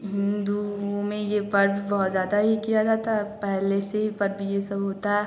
हिंदुओं में यह पर्व बहुत ज़्यादा ही किया जाता है पहले से ही पर्व यह सब होता है